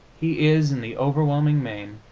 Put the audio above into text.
he is, in the overwhelming main,